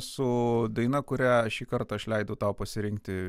su daina kurią šįkart aš leidau tau pasirinkti